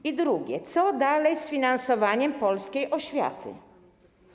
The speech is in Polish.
I drugie: Co dalej z finansowaniem polskiej oświaty?